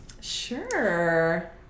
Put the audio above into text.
Sure